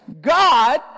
God